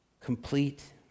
complete